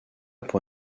pour